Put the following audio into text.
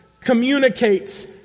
communicates